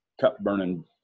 cup-burning